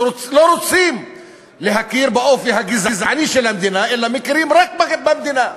שלא רוצים להכיר באופי הגזעני של המדינה אלא מכירים רק במדינה.